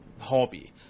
hobby